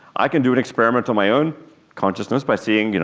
i can do an experiment on my own consciousness by seeing, you know,